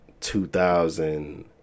2000